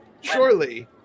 Surely